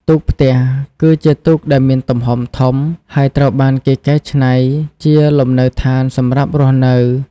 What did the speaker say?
ទូកផ្ទះ គឺជាទូកដែលមានទំហំធំ ហើយត្រូវបានគេកែច្នៃជាលំនៅដ្ឋានសម្រាប់រស់នៅ។